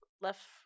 Left